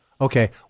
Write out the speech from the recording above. Okay